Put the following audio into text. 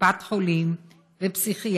קופת חולים ופסיכיאטרית,